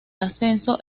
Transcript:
ascenso